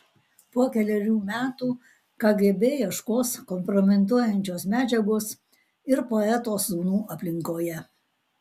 po kelerių metų kgb ieškos kompromituojančios medžiagos ir poeto sūnų aplinkoje